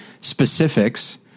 specifics